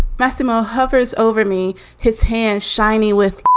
masimo hovers over me his hands shiny with.